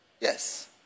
Yes